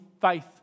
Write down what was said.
faith